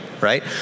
right